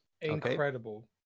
Incredible